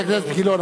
חבר הכנסת גילאון,